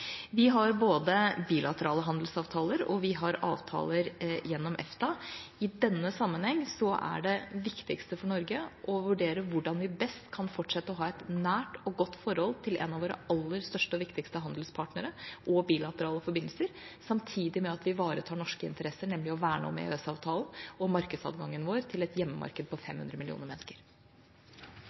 Vi har både bilaterale handelsavtaler, og vi har avtaler gjennom EFTA. I denne sammenheng er det viktigste for Norge å vurdere hvordan vi best kan fortsette å ha et nært og godt forhold til en av våre aller største og viktigste handelspartnere og bilaterale forbindelser, samtidig som vi ivaretar norske interesser og verner om EØS-avtalen og markedsadgangen vår til et hjemmemarked på 500 mill. mennesker.